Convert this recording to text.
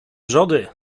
wrzody